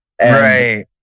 Right